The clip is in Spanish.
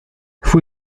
fue